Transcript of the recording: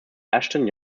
ashton